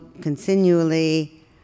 continually